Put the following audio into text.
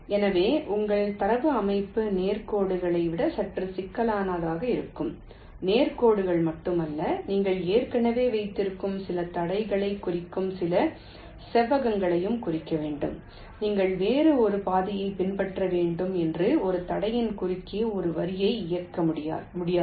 எனவே உங்கள் தரவு அமைப்பு நேர் கோடுகளை விட சற்று சிக்கலானதாக இருக்கும் நேர் கோடுகள் மட்டுமல்ல நீங்கள் ஏற்கனவே வைத்திருக்கும் சில தடைகளை குறிக்கும் சில செவ்வகங்களையும் குறிக்க வேண்டும் நீங்கள் வேறு ஒரு பாதையை பின்பற்ற வேண்டும் என்று ஒரு தடையின் குறுக்கே ஒரு வரியை இயக்க முடியாது